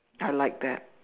I like that